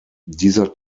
dieser